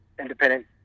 independent